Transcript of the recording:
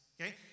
Okay